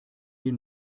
die